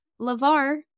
Lavar